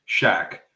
Shaq